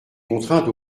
contraintes